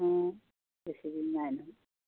অঁ বেছিদিন নাই নহয়